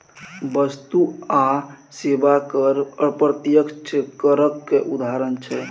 बस्तु आ सेबा कर अप्रत्यक्ष करक उदाहरण छै